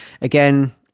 again